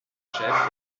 chef